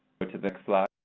go to the next slide,